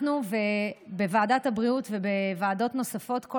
אנחנו בוועדת הבריאות ובוועדות נוספות כל